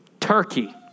turkey